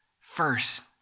first